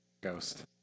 ghost